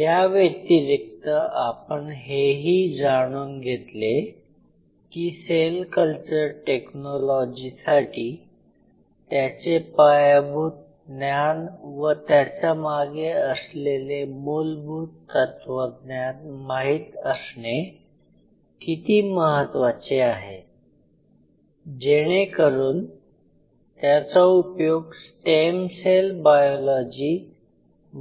याव्यतिरिक्त आपण हे ही जाणून घेतले की सेल कल्चर टेक्नॉलॉजीसाठी त्याचे पायाभूत ज्ञान व त्याच्या मागे असलेले मूलभूत तत्वज्ञान माहीत असणे किती महत्त्वाचे आहे जेणेकरून त्याचा उपयोग स्टेम सेल बायोलॉजी